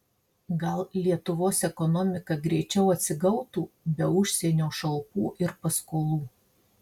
gal lietuvos ekonomika greičiau atsigautų be užsienio šalpų ir paskolų